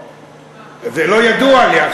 זה לא ידוע לי.